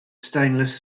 stainless